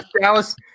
Dallas